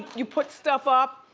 you put stuff up?